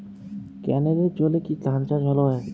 ক্যেনেলের জলে কি ধানচাষ ভালো হয়?